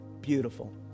beautiful